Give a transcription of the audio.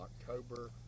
October